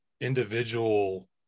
individual